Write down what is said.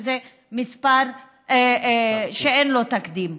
שזה מספר שאין לו תקדים.